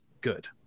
good